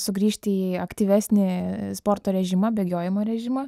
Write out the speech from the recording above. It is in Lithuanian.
sugrįžti į aktyvesnį sporto režimą bėgiojimo režimą